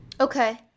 Okay